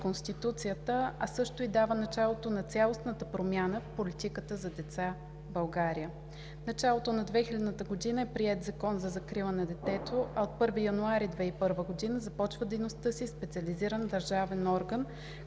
Конституцията, а също и дава началото на цялостната промяна в политиката за деца в България. В началото 2000 г. е приет Законът за закрила на детето, а от 1 януари 2001 г. започва дейността си специализиран държавен орган,